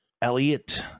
Elliot